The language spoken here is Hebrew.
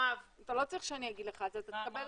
הם יהיו 35%. אנחנו לא במשא ומתן.